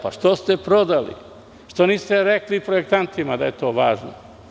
Zašto ste onda prodali, što niste rekli projektantima da je to važno?